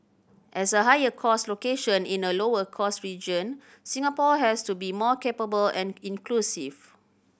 as a higher cost location in a lower cost region Singapore has to be more capable and inclusive